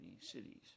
cities